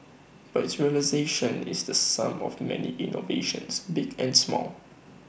but its realisation is the sum of many innovations big and small